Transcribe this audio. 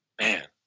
man